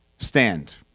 Stand